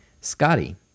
Scotty